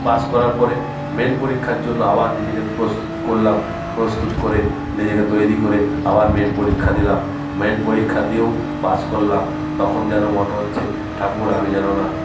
pass করার পরে main পরীক্ষার জন্য আবার নিজেকে প্রস্তুত করলাম প্রস্তুত করে নিজেকে তৈরি করে আবার মেন পরীক্ষা দিলাম মেন পরীক্ষা দিয়েও পাস করলাম তখন যেন মনে হচ্ছে ঠাকুর আমি যেন না